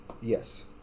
Yes